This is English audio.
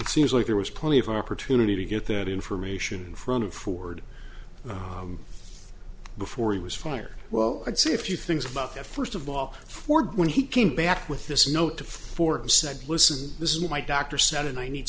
it seems like there was plenty of opportunity to get that information in front of ford before he was fired well i'd say a few things about that first of all ford when he came back with this note to forbes said listen this is my doctor said and i need